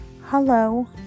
Hello